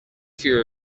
fear